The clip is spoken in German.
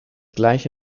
gleiche